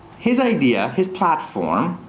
his idea, his platform